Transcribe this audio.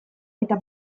eta